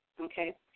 okay